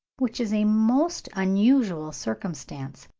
which is a most unusual circumstance.